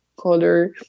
Color